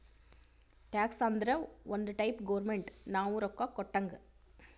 tax ಅಂದುರ್ ಒಂದ್ type government ನಾವು ರೊಕ್ಕಾ ಕೊಟ್ಟಂಗ್